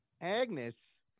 Agnes